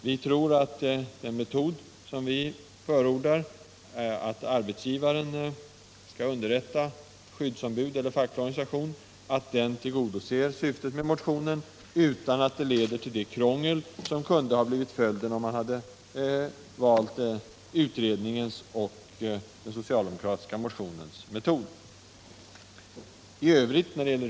Vi tror att den metod som vi förordar, att arbetsgivaren skall underrätta skyddsombud eller facklig organisation, tillgodoser syftet med motionen utan att leda till det krångel som kunde bli följden, om man hade valt utredningens och den socialdemokratiska motionens metod.